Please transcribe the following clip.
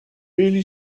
really